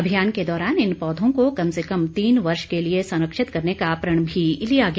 अभियान के दौरान इन पौधों को कम से कम तीन वर्ष के लिए संरक्षित करने का प्रण भी लिया गया